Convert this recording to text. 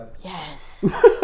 Yes